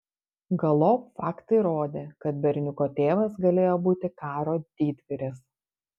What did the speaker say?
galop faktai rodė kad berniuko tėvas galėjo būti karo didvyris